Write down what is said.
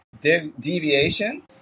deviation